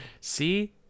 See